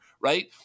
right